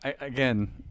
Again